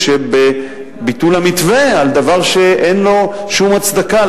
שבביטול המתווה על דבר שאין לו שום הצדקה,